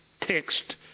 text